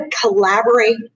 collaborate